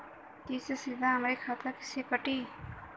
किस्त सीधा हमरे खाता से कटी?